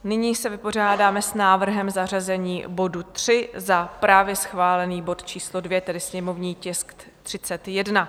Nyní se vypořádáme s návrhem zařazení bodu 3 za právě schválený bod číslo 2, tedy sněmovní tisk 31.